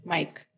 Mike